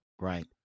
Right